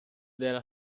della